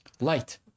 Light